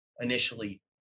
initially